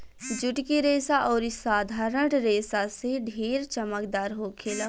जुट के रेसा अउरी साधारण रेसा से ढेर चमकदार होखेला